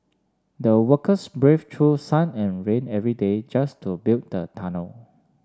the workers brave choose sun and rain every day just to build the tunnel